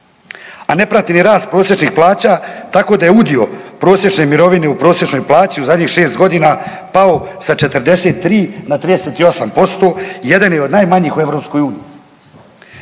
a ne prati ni rast prosječnih plaća tako da je u dio prosječne mirovine u prosječnoj plaći u zadnjih šest godina pao sa 43 na 38% i jedan je od najmanjih u EU.